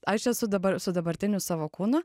aš esu dabar su dabartiniu savo kūnu